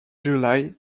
july